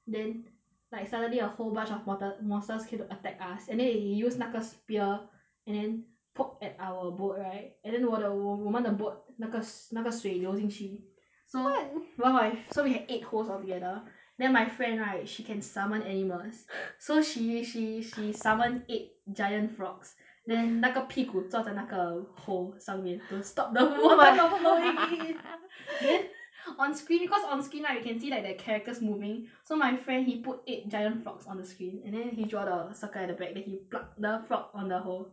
then like suddenly a whole bunch of water monsters came to attack us and they use 那个 sphere and then poke at our boat right and then 我的我我们的 boat 那个那个水流进去 [what] so what why so we have eight holes all together then my friend right she can summon animals so she she she summon eight giant frogs then 那个屁股坐在那个 hole 上面 to stop the water from flowing in then on screen cause on screen right you can see like the characters moving so my friend he put eight giant frogs on the screen and then he draw the circle at the back and then he plug the frog on the hole